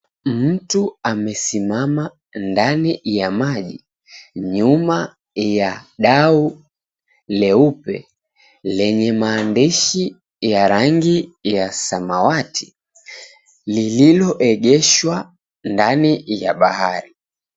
Mtu amesimama ndani ya maji, nyuma ya dau leupe lenye maandishi ya rangi ya samawati, lililoegeshwa ndani ya bahari.